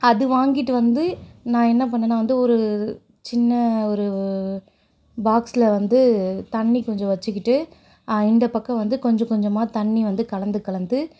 அது வாங்கிட்டு வந்து நான் என்ன பண்ணேன்னா வந்து ஒரு சின்ன ஒரு பாக்ஸில் வந்து தண்ணிர் கொஞ்சம் வச்சுக்கிட்டு இந்த பக்கம் வந்த கொஞ்ச கொஞ்சமாக தண்ணி வந்து கலந்து கலந்து